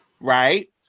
right